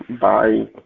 Bye